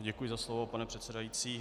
Děkuji za slovo, pane předsedající.